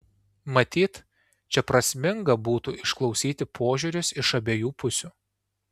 matyt čia prasminga būtų išklausyti požiūrius iš abiejų pusių